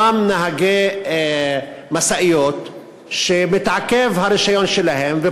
אותם נהגי משאיות שהרישיון שלהם מתעכב